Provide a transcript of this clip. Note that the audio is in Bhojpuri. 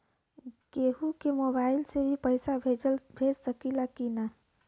केहू के मोवाईल से भी पैसा भेज सकीला की ना?